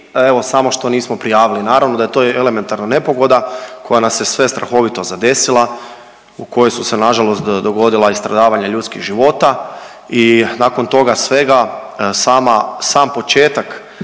evo samo što nismo prijavili. Naravno da je to elementarna nepogoda koja nas je sve strahovito zadesila u kojoj su se nažalost dogodila i stradavanja ljudskih života i nakon toga svega sama, sam početak